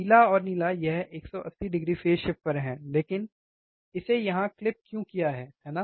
पीला और नीला यह 180o फ़ेज़ पर हैं लेकिन इसे यहाँ क्लिप क्यों किया है है ना